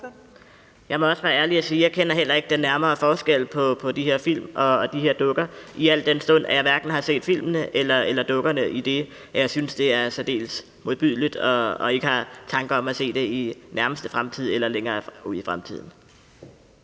Jeg må også være ærlig og sige, at jeg heller ikke kender den nærmere forskel på de her film og de her dukker, al den stund jeg hverken har set filmene eller dukkerne, idet jeg synes, det er særdeles modbydeligt og ikke har tanker om at se det i den nærmeste fremtid eller længere ude i fremtiden.